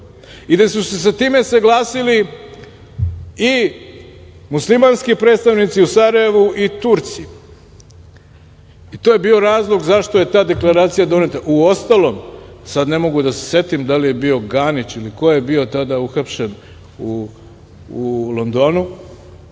i da su se sa time saglasili i muslimanski predstavnici u Sarajevu i Turci i to je bio razlog zašto je ta Deklaracija doneta, uostalom sada ne mogu da se setim da li je bio Ganić ili ko je bio tada uhapšen u Londonu